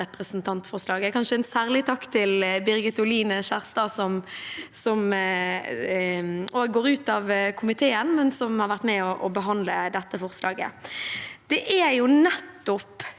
kanskje en særlig takk til Birgit Oline Kjerstad, som nå går ut av komiteen, men som har vært med på å behandle dette forslaget. Det er nettopp